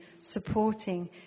supporting